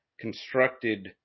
constructed